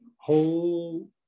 whole